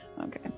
Okay